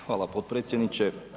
Hvala potpredsjedniče.